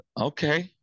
Okay